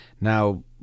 Now